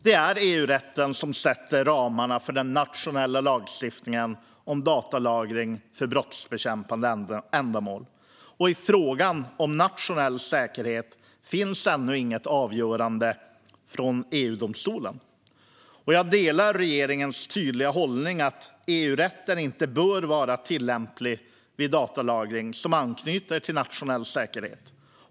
Det är EU-rätten som sätter ramarna för den nationella lagstiftningen om datalagring för brottsbekämpande ändamål, och i fråga om nationell säkerhet finns ännu inget avgörande från EU-domstolen. Jag delar regeringens tydliga hållning att EU-rätten inte bör vara tillämplig vid datalagring som anknyter till nationell säkerhet.